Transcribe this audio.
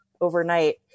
overnight